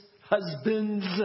husbands